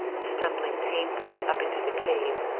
stumbling painfully up into the cave,